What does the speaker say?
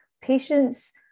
patients